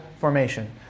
formation